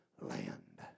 land